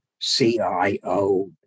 CIO